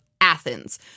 Athens